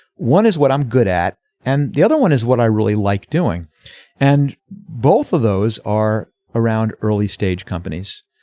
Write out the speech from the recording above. one is what i'm good at and the other one is what i really like doing and both of those are around early stage companies.